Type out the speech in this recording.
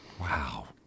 Wow